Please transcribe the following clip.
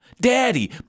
Daddy